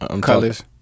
Colors